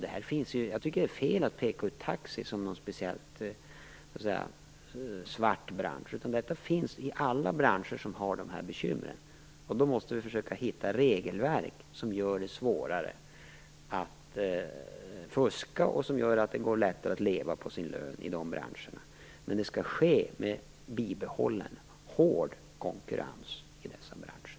Jag tycker att det är fel att peka ut taxinäringen som en speciellt svart bransch. Detta förekommer ju i alla branscher som har sådana här bekymmer. Därför måste vi försöka hitta regelverk som gör det svårare att fuska och som gör det lättare att leva på sin lön i de här branscherna. Men det skall ske med bibehållen hård konkurrens i dessa branscher.